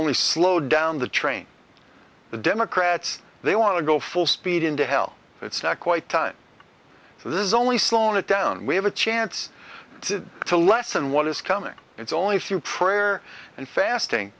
only slowed down the train the democrats they want to go full speed into hell it's not quite time so this is only slowing it down we have a chance to lessen what is coming it's only through prayer and fasting